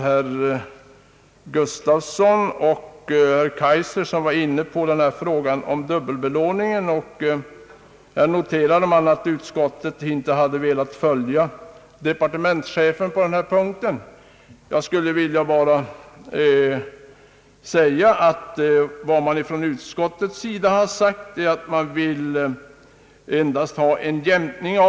Herr Gustafsson och herr Kaijser berörde frågan om dubbelbelåningen, och där noterade man att utskottet inte hade velat följa departementschefen på denna punkt. Jag vill framhålla att vad man från utskottets sida uttalat är att man här närmast önskar en jämkning.